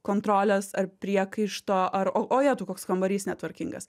kontrolės ar priekaišto ar o o jetau koks kambarys netvarkingas